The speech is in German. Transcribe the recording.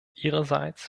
ihrerseits